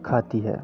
खाती है